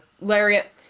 lariat